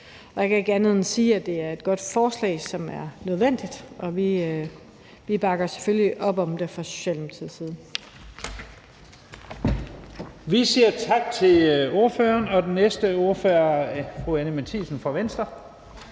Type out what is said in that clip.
Jeg kan ikke andet end at sige, at det er et godt forslag, som er nødvendigt, og vi bakker selvfølgelig op om det fra Socialdemokratiets side.